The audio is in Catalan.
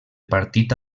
partit